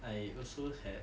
I also had